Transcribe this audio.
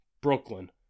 Brooklyn